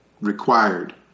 required